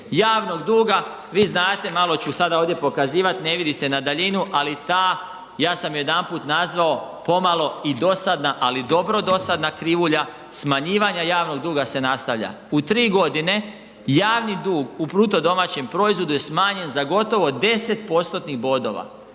javnog duga, vi znate malo ću sada ovdje pokazivati, ne vidi se na daljinu, ali ta ja sam jedanput nazvao pomalo i dosadna, ali dobro dosadna krivulja smanjivanje javnog duga se nastavlja. U tri godine javni dug u BDP-u je smanjen za gotovo 10%-tnih bodova,